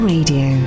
Radio